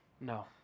No